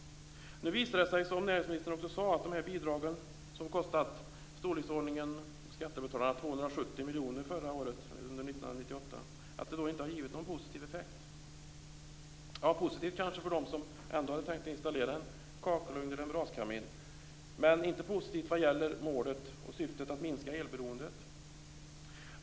Nu visar det sig, som näringsministern också sade, att de här bidragen, som har kostat skattebetalarna i storleksordningen 270 miljoner under 1998, inte har givit någon positiv effekt. Det kanske har varit positivt för dem som ändå hade tänkt installera en kakelugn eller en braskamin, men det har inte varit positivt när det gäller målet och syftet att minska elberoendet.